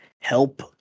help